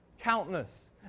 Countless